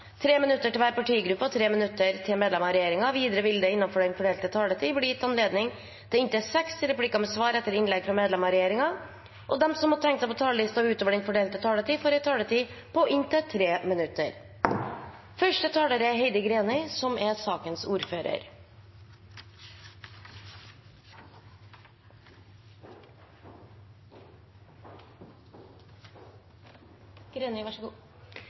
minutter til hver partigruppe og 3 minutter til medlemmer av regjeringen. Videre vil det – innenfor den fordelte taletid – bli gitt anledning til inntil seks replikker med svar etter innlegg fra medlemmer av regjeringen, og de som måtte tegne seg på talerlisten utover den fordelte taletid, får også en taletid på inntil 3 minutter. Bakgrunnen for saken er